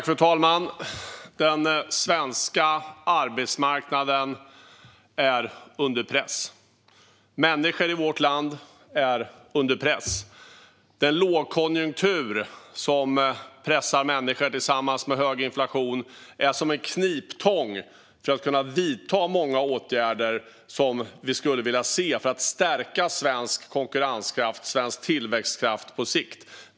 Fru talman! Den svenska arbetsmarknaden är under press. Människor i vårt land är under press. Den lågkonjunktur som tillsammans med hög inflation pressar människor är som en kniptång när det gäller att kunna vidta många åtgärder som vi skulle vilja se för att stärka svensk konkurrenskraft och svensk tillväxtkraft på sikt.